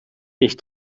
ich